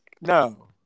No